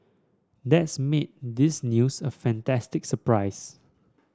that's made this news a fantastic surprise